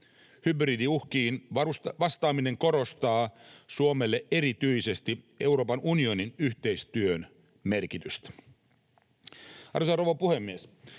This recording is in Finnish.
Hybridiuhkiin vastaaminen korostaa Suomelle erityisesti Euroopan unionin yhteistyön merkitystä. Arvoisa